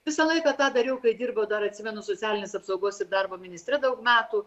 visą laiką tą dariau kai dirbo dar atsimenu socialinės apsaugos ir darbo ministre daug metų